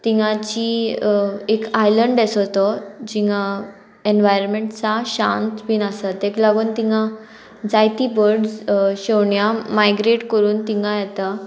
तिंगाची एक आयलंड आसो तो जिंगा एनवायरमेंट सा शांत बीन आसा तेका लागोन तिंगा जायती बर्ड्स शेवण्या मायग्रेट करून तिंगा येता